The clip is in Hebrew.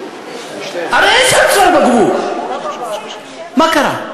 הרי אין שם צוואר בקבוק, מה קרה?